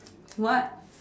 what